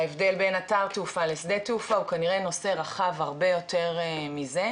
ההבדל בין אתר תעופה לשדה תעופה הוא כנראה נשא רחב הרבה יותר מזה.